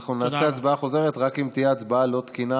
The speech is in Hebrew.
אנחנו נעשה הצבעה חוזרת רק אם תהיה הצבעה לא תקינה,